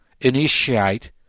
initiate